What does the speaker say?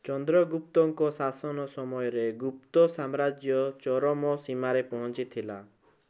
ଚନ୍ଦ୍ରଗୁପ୍ତଙ୍କ ଶାସନ ସମୟରେ ଗୁପ୍ତସାମ୍ରାଜ୍ୟ ଚରମ ସୀମାରେ ପହଞ୍ଚିଥିଲା